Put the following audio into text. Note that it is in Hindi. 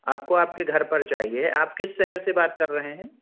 आपको आपके घर पर चाहिए आप किस शहर से बात कर रहे हैं